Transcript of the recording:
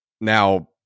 Now